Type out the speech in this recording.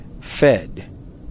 fed